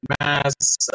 Mass